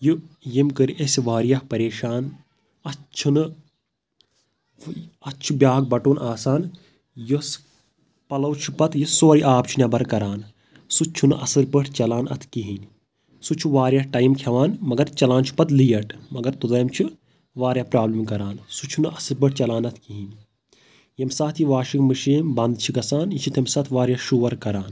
یہِ یٔمۍ کٔر أسۍ واریاہ پَریشان اَتھ چھُنہٕ اَتھ چھُ بیاکھ بَٹُن آسان یۄس پَلو چھُ پَتہ یہِ سورُے آب چھُ نٮ۪برکران سُہ چھُنہٕ اَصٕل پٲٹھۍ چلان اتھ کِہیٚنۍ سُہ چھُ واریاہ ٹایم کھٮ۪وان مَگر چلان چھُ پَتہٕ لیٹ مَگر توتام چھُ واریاہ پرابلِم کران سُہ چھُنہٕ اَصٕل پٲٹھۍ چلان اَتھ کِہیںۍ ییٚمہِ ساتہٕ یہِ واشِنٛگ مِشیٖن بنٛد چھِ گژھان یہِ چھِ تَمہِ ساتہٕ واریاہ شور کران